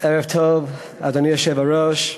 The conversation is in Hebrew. ערב טוב, אדוני היושב-ראש,